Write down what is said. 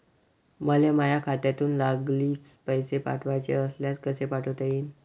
मले माह्या खात्यातून लागलीच पैसे पाठवाचे असल्यास कसे पाठोता यीन?